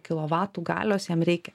kilovatų galios jam reikia